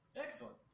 Excellent